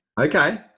Okay